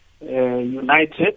United